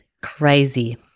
crazy